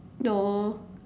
no